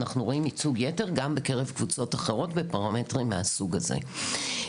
אנחנו רואים ייצוג יתר גם בקרב קבוצות אחרות בפרמטרים מהסוג הזה.